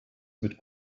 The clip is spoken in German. mit